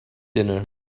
dinner